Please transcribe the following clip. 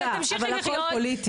הכול פוליטי.